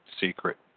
secret